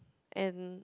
and